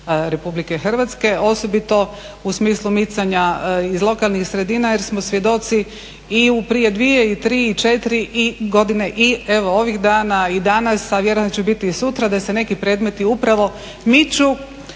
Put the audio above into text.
građanima RH, osobito u smislu micanja iz lokalnih sredina jer smo svjedoci i prije 2 i 3 i 4 godine i evo ovih dana i danas, a vjerujem da će biti i sutra da se neki predmeti upravo miču